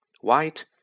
white